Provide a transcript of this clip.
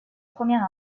première